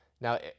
Now